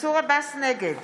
נגד